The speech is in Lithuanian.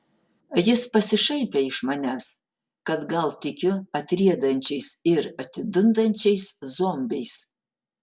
jis pasišaipė iš manęs kad gal tikiu atriedančiais ir atidundančiais zombiais